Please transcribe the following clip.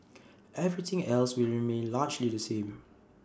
everything else will remain largely the same